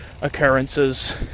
occurrences